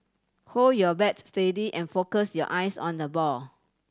hold your bats steady and focus your eyes on the ball